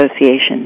Association